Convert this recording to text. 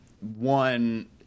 one